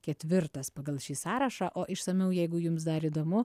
ketvirtas pagal šį sąrašą o išsamiau jeigu jums dar įdomu